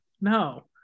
No